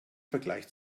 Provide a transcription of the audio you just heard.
vergleich